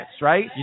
right